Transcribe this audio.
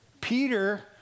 Peter